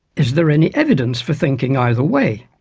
is there any evidence for thinking either way?